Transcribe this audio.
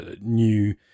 new